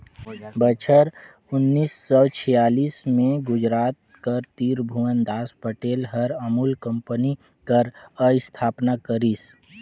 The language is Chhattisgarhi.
बछर उन्नीस सव छियालीस में गुजरात कर तिरभुवनदास पटेल हर अमूल कंपनी कर अस्थापना करिस